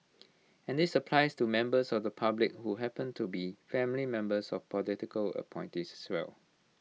and this applies to members of the public who happen to be family members of political appointees as well